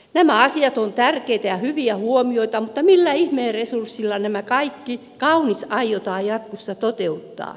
nämä asiat ovat tärkeitä ja hyviä huomioita mutta millä ihmeen resurssilla tämä kaikki kaunis aiotaan jatkossa toteuttaa